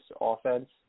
offense